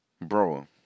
Bro